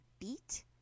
beat